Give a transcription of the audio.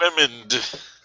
Womened